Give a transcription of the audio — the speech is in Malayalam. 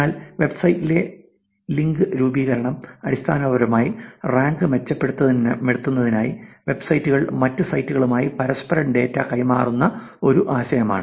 എന്നാൽ വെബ്സൈറ്റിലെ ലിങ്ക് രൂപീകരണം അടിസ്ഥാനപരമായി റാങ്ക് മെച്ചപ്പെടുത്തുന്നതിനായി വെബ്സൈറ്റുകൾ മറ്റ് സൈറ്റുകളുമായി പരസ്പര ഡാറ്റ കൈമാറുന്ന ഒരു ആശയമാണ്